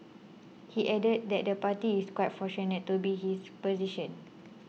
he added that the party is quite fortunate to be his position